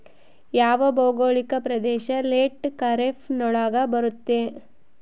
ಯಾವ ಭೌಗೋಳಿಕ ಪ್ರದೇಶ ಲೇಟ್ ಖಾರೇಫ್ ನೊಳಗ ಬರುತ್ತೆ?